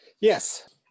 Yes